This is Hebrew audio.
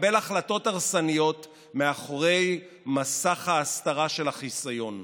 לקבל החלטות הרסניות מאחורי מסך ההסתרה של החיסיון.